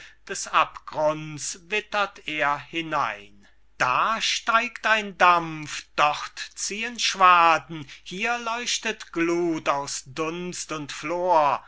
des abgrunds wittert er hinein da steigt ein dampf dort ziehen schwaden hier leuchtet glut aus dunst und flor